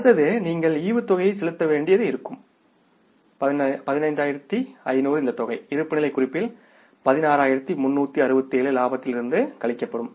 அடுத்தது நீங்கள் டிவிடெண்ட் செலுத்த வேண்டியது இருக்கும் 1500 இந்த தொகை இருப்புநிலைக் குறிப்பில் 16367 லாபத்திலிருந்து கழிக்கப்படும்